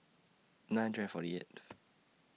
nine hundred and forty eighth